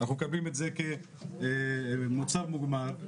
אנחנו מקבלים את זה כמוצר מוגמר,